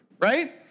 right